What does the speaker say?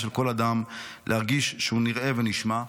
של כל אדם להרגיש שהוא נראה ונשמע.